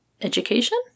education